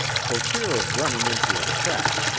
for fear of running into a trap,